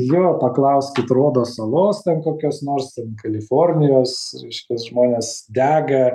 jo paklauskit rodo salos ten kokios nors ten kalifornijos reiškias žmonės dega